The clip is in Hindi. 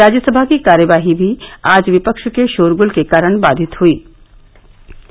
राज्यसभा की कार्यवाही भी आज विपक्ष के शोरगुल के कारण बाधित हुयी